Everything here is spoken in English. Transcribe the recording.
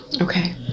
Okay